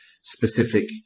specific